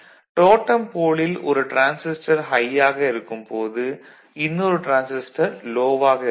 டோட்டம் போலில் ஒரு transistor high ஆக இருக்கும் போது இன்னொரு டிரான்சிஸ்டர் லோ ஆக இருக்கும்